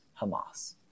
Hamas